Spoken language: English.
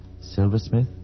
silversmith